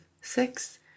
six